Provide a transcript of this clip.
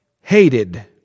hated